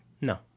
No